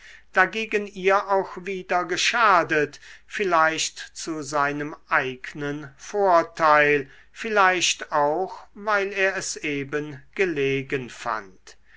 dagegen ihr auch wieder geschadet vielleicht zu seinem eignen vorteil vielleicht auch weil er es eben gelegen fand